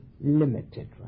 limited